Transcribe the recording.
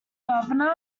governor